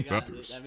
feathers